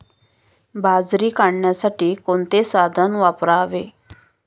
बाजरी काढण्यासाठी कोणते साधन वापरावे?